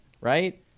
right